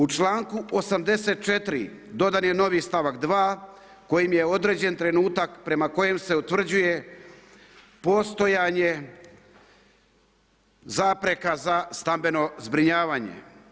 U članku 84. dodan je novi stavak 2. kojim je određen trenutak prema kojem se utvrđuje postojanje zapreka za stambeno zbrinjavanje.